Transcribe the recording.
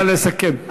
נא לסכם.